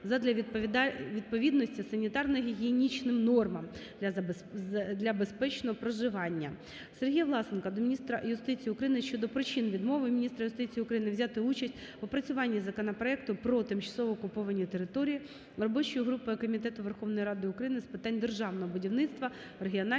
задля відповідності санітарно-гігієнічним нормам для безпечного проживання. Сергія Власенка до міністра юстиції України щодо причин відмови міністра юстиції України взяти участь в опрацюванні законопроекту "Про тимчасово окуповані території" робочою групою Комітету Верховної Ради України з питань державного будівництва, регіональної